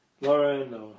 Lauren